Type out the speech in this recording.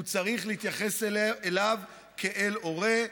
הוא צריך להתייחס אליו כאל הורה.